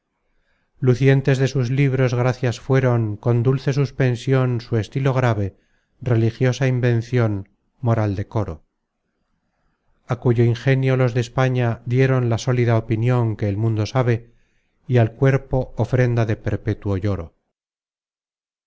debe lucientes de sus libros gracias fueron con dulce suspension su estilo grave religiosa invencion moral decoro a cuyo ingenio los de españa dieron la sólida opinion que el mundo sabe y al cuerpo ofrenda de perpétuo lloro